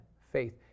faith